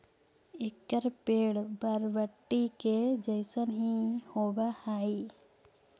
एकर पेड़ बरबटी के जईसन हीं होब हई